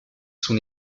son